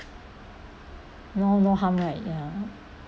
no no harm right ya